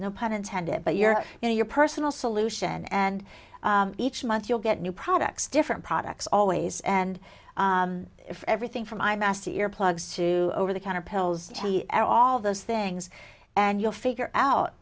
no pun intended but your and your personal solution and each month you'll get new products different products always and everything from my master earplugs to over the counter pills or all of those things and you'll figure out